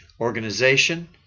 Organization